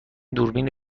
دوربین